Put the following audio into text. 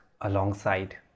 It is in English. alongside